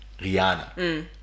Rihanna